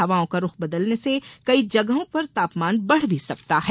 हवाओं का रुख बदलने से कई जगहों पर तापमान बढ़ भी सकता है